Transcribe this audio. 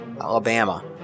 Alabama